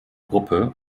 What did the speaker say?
gruppe